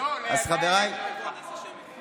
קודם כול, ליידע יש לך סמכות.